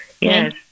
Yes